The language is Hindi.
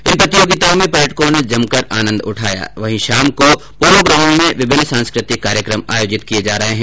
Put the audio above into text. इन प्रतियोगिताओं में पर्यटकों ने जमकर आनन्द उठाया वहीं शाम को पोलो ग्राउण्ड में विभिन्न सांस्कृतिक कार्यक्रम आयोजित किये जा रहे हैं